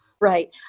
Right